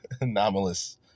Anomalous